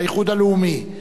האיחוד הלאומי,